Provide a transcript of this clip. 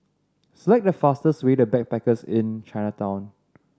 select the fastest way to Backpackers Inn Chinatown